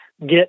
Get